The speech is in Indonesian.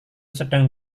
sedang